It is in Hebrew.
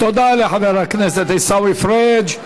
תודה לחבר הכנסת עיסאווי פריג'.